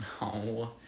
No